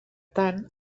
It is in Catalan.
tan